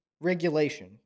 regulation